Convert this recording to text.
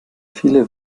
viele